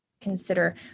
consider